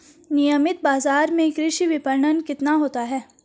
नियमित बाज़ार में कृषि विपणन कितना होता है?